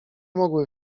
mogły